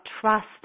trust